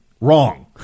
wrong